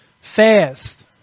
Fast